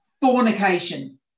fornication